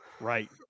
right